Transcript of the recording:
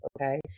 okay